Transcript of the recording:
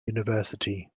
university